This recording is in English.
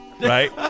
right